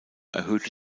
erhöhte